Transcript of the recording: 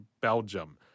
Belgium